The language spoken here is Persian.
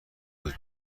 روز